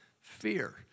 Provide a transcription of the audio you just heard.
fear